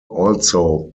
also